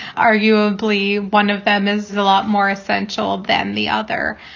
arguably, one of them is a lot more essential than the other.